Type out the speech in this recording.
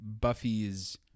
Buffy's